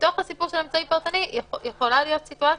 בתוך הסיפור של אמצעי פרטני יכולה להיות סיטואציה,